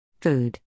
Food